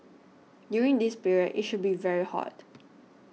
during this period it should be very hot